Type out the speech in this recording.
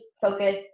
focus